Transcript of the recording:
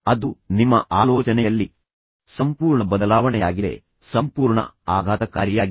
ಅದು ನಿಮ್ಮ ಆಲೋಚನೆಯಲ್ಲಿ ಸಂಪೂರ್ಣ ಬದಲಾವಣೆಯಾಗಿದೆ ಸಂಪೂರ್ಣ ಆಘಾತಕಾರಿಯಾಗಿದೆ